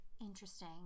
Interesting